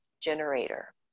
generator